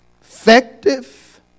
effective